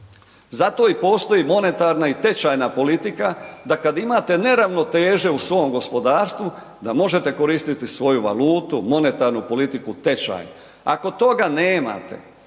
zato i postoji monetarna i tečajna politika da kad imate neravnoteže u svom gospodarstvu, da možete koristiti svoju valutu, monetarnu politiku, tečaj. Ako toga nemate